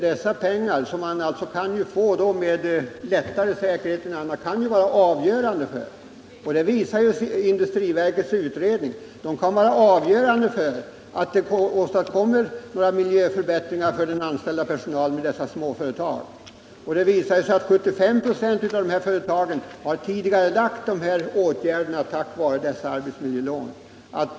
Dessa pengar, som man kan få på fördelaktigare villkor än andra lån, kan vara avgörande — det visar industriverkets utredning — för att miljöförbättringar för de anställda vid småföretagen skall kunna åstadkommas. 75 96 av dessa företag har tidigarelagt miljöförbättrande åtgärder tack vare arbetsmiljölånen.